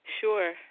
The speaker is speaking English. Sure